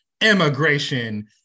immigration